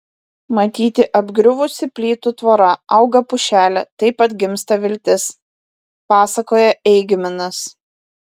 matyti apgriuvusi plytų tvora auga pušelė taip atgimsta viltis pasakoja eigminas